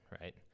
right